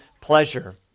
pleasure